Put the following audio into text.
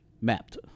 mapped